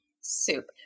soup